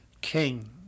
King